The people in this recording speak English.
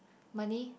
money